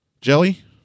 Jelly